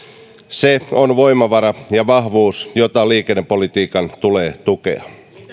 se on voimavara ja vahvuus jota liikennepolitiikan tulee tukea